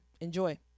enjoy